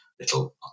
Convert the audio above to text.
little